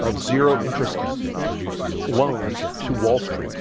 of zero interest loans to wall street,